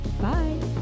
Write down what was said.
bye